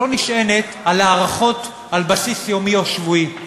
לא נשענת על הערכות על בסיס יומי או שבועי,